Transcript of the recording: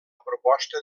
proposta